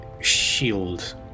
shield